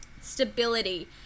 stability